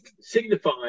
signify